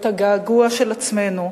את הגעגוע של עצמנו